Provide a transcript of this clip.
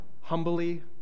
humbly